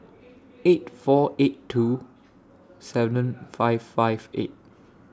eight four eight two seven five five eight